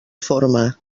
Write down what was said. forma